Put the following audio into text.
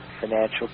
financial